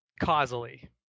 Causally